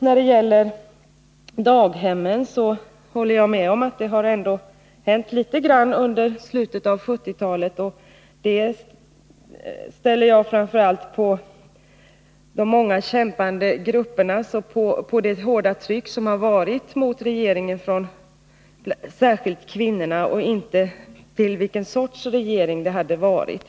När det gäller utbyggnaden av daghemmen håller jag med om att det har hänt litet grand på detta område i slutet av 1970-talet, och detta anser jag beror på det hårda tryck som regeringen upplevt framför allt från kvinnorna, och det beror inte på vilken sorts regering det har varit.